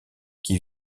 qui